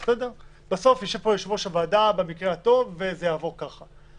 אבל בסוף יושב פה יושב-ראש הוועדה וזה עובר בקלות.